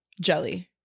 jelly